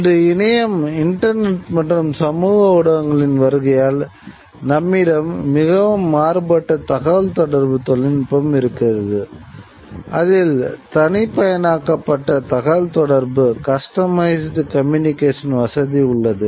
இன்று இணையம் வசதி உள்ளது